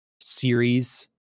series